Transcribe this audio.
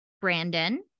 Brandon